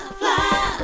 fly